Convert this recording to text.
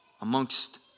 amongst